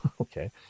Okay